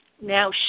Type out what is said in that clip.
now